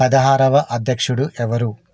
పదహారవ అధ్యక్షుడు ఎవరు